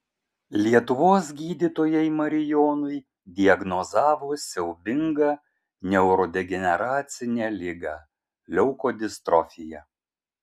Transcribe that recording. lietuvos gydytojai marijonui diagnozavo siaubingą neurodegeneracinę ligą leukodistrofija